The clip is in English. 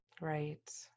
Right